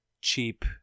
cheap